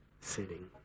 sitting